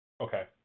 okay